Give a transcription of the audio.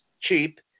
cheap